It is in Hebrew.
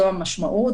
זו המשמעות.